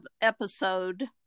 episode